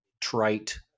trite